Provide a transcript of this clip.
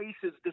cases